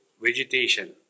vegetation